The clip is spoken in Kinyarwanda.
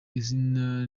izina